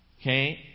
okay